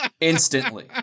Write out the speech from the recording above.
instantly